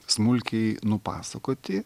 smulkiai nupasakoti